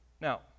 Now